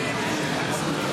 שלוש דקות,